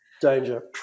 danger